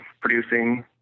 producing